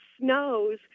snows